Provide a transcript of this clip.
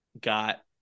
got